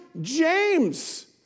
James